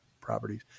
properties